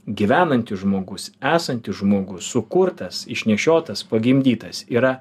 gyvenantis žmogus esantis žmogus sukurtas išnešiotas pagimdytas yra